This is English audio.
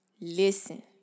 Listen